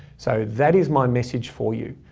so that is my message for you.